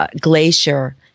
Glacier